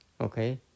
okay